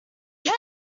get